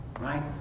Right